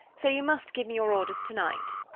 so you must give me your orders tonight.